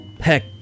Heck